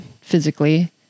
physically